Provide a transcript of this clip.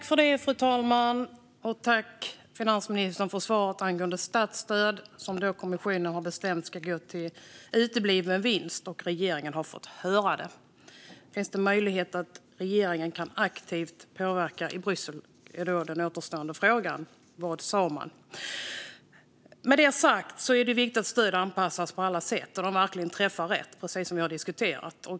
Fru talman! Jag tackar finansministern för svaret angående statsstöd, som kommissionen har bestämt inte ska gå till utebliven vinst enligt vad regeringen har fått höra. Finns det möjlighet för regeringen att påverka aktivt i Bryssel? Det är den återstående frågan. Vad sa man? Med detta sagt är det viktigt att stöd anpassas på alla sätt så att de verkligen träffar rätt, precis som vi har diskuterat.